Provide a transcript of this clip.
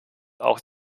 auch